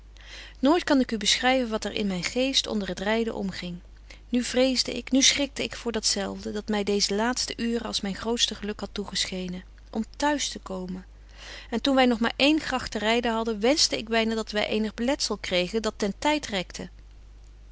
nooit kan ik u beschryven wat er in myn geest onder het ryden omging nu vreesde ik nu schrikte ik voor dat zelfde dat my deeze laatste uuren als myn grootste geluk hadt toegeschenen om t'huis te komen en toen wy nog maar één gragt te ryden hadden wenschte ik byna dat wy eenig beletzel kregen dat den tyd